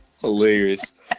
Hilarious